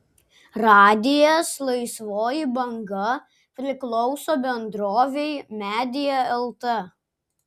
radijas laisvoji banga priklauso bendrovei media lt